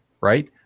right